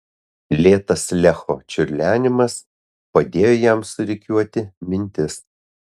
lėtas lecho čiurlenimas padėjo jam susirikiuoti mintis